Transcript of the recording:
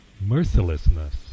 mercilessness